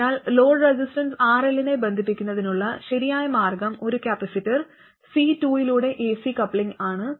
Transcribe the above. അതിനാൽ load resistance RL നെ ബന്ധിപ്പിക്കുന്നതിനുള്ള ശരിയായ മാർഗ്ഗം ഒരു കപ്പാസിറ്റർ C2 ലൂടെ ac കപ്ലിംഗ് ആണ്